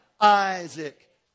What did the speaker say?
Isaac